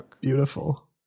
Beautiful